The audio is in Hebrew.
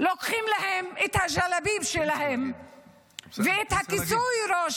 לוקחים את הגלביות שלהן ואת כיסוי הראש